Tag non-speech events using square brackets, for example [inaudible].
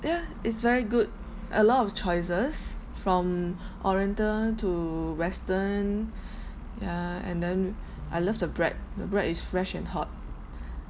yeah it's very good a lot of choices from oriental to western [breath] ya and then I love the bread the bread is fresh and hot